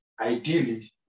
ideally